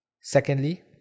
Secondly